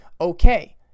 okay